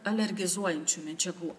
alergizuojančių medžiagų